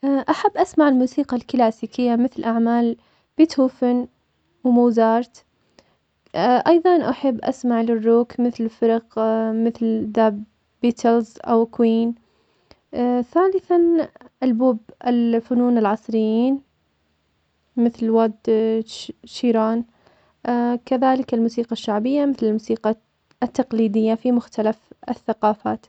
أحب أسمع الموسيقى الكلاسيكية, مثل أعمال بيتهوفن, وموزارد, أيضاً أحب أسمع للروك, مثل فرق مثلزا بيتلز, اوكوين, ثالثاً, البوب الفنون العصريين, مثل واد ش- شيران, كذلك الموسيقى الشعبية, مثل موسيقة التقليدية, في مختلف الثقافات.